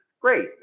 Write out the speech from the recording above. Great